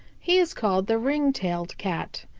he is called the ring-tailed cat.